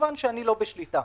כמובן שהם לא בשליטה,